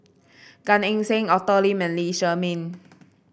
Gan Eng Seng Arthur Lim and Lee Shermay